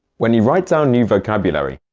when you write down new vocabulary,